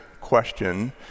question